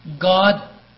God